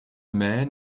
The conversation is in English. man